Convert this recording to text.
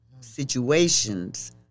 situations